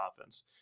offense